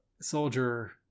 soldier